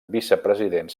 vicepresident